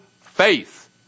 faith